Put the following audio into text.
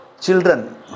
children